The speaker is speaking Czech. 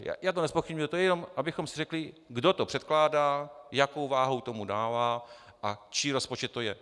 Já to nezpochybňuji, to jenom abychom si řekli, kdo to předkládá, jakou váhu tomu dává a čí rozpočet to je.